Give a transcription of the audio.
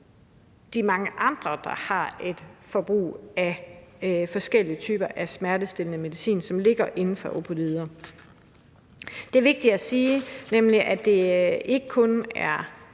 de mange andre, der har et forbrug af forskellige typer af smertestillende medicin, som ligger inden for opioider. Det er vigtigt at sige, at det nemlig ikke kun er